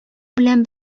белән